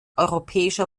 europäischer